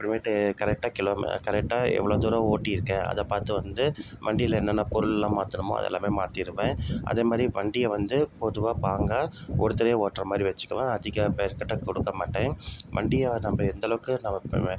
அப்புறமேட்டு கரெக்டாக கிலோ ம கரெக்டாக எவ்வளோ தூரம் ஓட்டி இருக்கேன் அதை பார்த்து வந்து வண்டியில் என்னென்ன பொருளெலாம் மாற்றணுமோ அதெல்லாமே மாற்றிருவேன் அதே மாதிரி வண்டியை வந்து பொதுவாக பாங்காக ஒருத்தரே ஓட்டுற மாதிரி வைச்சுக்கணும் அதிகம் பேர் கிட்டே கொடுக்க மாட்டேன் வண்டியை நம்ம எந்தளவுக்கு பண்ணுவேன்